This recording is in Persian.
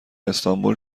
استانبول